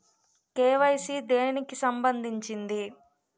KYC దేనికి సంబందించింది?